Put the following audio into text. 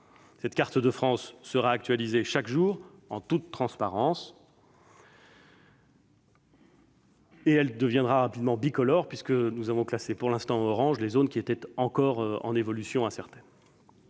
Cette carte de France sera actualisée chaque jour, en toute transparence. Elle deviendra rapidement bicolore : nous avons classé pour l'instant en orange les zones qui étaient encore en évolution incertaine.